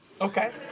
Okay